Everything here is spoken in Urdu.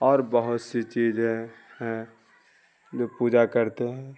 اور بہت سی چیزیں ہیں جو پوجا کرتے ہیں